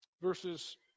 Verses